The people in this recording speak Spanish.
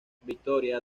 victoria